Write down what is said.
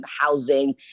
housing